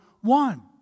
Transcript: one